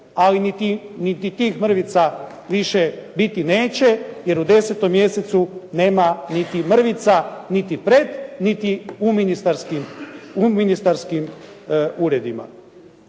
ali niti tih mrvica više biti neće, jer u 10. mjesecu nema niti mrvica, niti pred niti u ministarskim uredima.